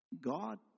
God